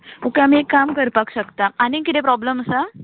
तुका आमी एक काम करपाक शकता आनी कितें प्रोब्लम आसा